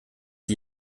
die